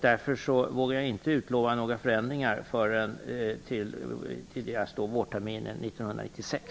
Därför vågar jag inte utlova några förändringar förrän tidigast till vårterminen 1996.